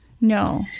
No